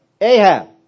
Ahab